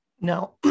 now